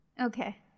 Okay